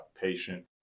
patient